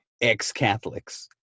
ex-Catholics